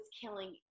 killing